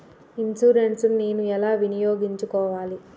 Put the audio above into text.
Insurance ని నేను ఎలా వినియోగించుకోవాలి?